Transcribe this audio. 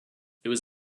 was